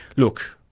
look,